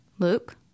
Luke